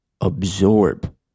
absorb